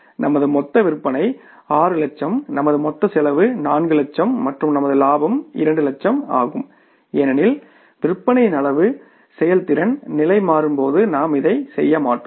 நமது மொத்த விற்பனை 6 லட்சம் நமது மொத்த செலவு 4 லட்சம் மற்றும் நமது லாபம் இரண்டு லட்சம் ஆகும் ஏனெனில் விற்பனையின் அளவு செயல்திறன் நிலை மாறும்போது நாம் இதை செய்ய மாட்டோம்